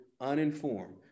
uninformed